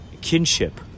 kinship